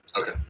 Okay